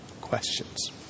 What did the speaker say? questions